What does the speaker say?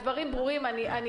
אנחנו